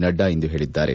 ನಡ್ಡಾ ಇಂದು ಹೇಳಿದ್ದಾರೆ